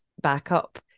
backup